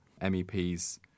MEPs